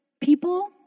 people